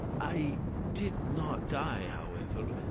i did not die, however,